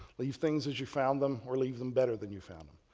leave things as you found them or leave them better than you found them.